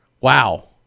wow